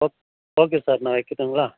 okay okay sir நான் வைக்கிடுங்ளா